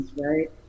right